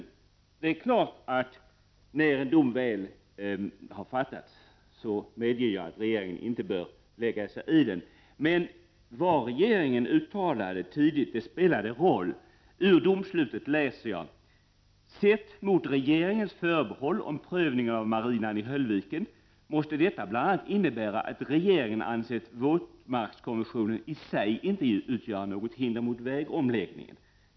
När en dom väl har avkunnats bör regeringen inte — det medger jag — lägga sig i den. Men vad regeringen tydligt uttalat spelade en roll. Jag läser ur domslutet: Sett mot regeringens förbehåll om prövning av marinan i Höllviken måste detta bl.a. innebära att regeringen ansett våtmarkskonventionen i sig inte utgöra något hinder mot vägomläggningen.